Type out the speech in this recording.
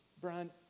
Brian